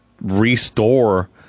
restore